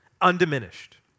undiminished